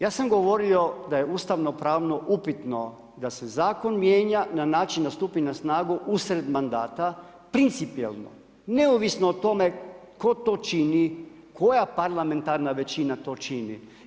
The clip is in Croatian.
Ja sam govorio da je ustavno-pravno upitno da se zakon mijenja na način da stupi na snagu usred mandata principijelno neovisno o tome tko to čini, koja parlamentarna većina to čini.